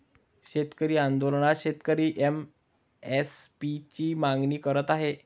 शेतकरी आंदोलनात शेतकरी एम.एस.पी ची मागणी करत आहे